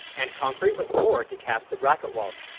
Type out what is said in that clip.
and concrete was poured to cast the bracket walls.